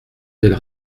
telle